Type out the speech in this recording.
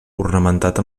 ornamentat